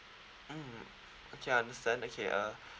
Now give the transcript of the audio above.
mm okay understand okay uh